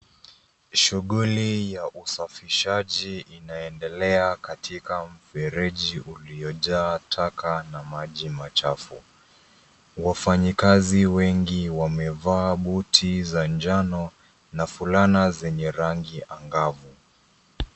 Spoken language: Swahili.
Shughuli ya usafishaji inaendelea katika mfereji uliojaa taka na maji machafu. Wafanyikazi wengi wamevaa buti za njano na fulana zenye rangi angavu.